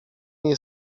nie